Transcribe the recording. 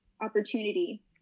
opportunity